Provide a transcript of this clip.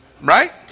Right